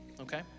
Okay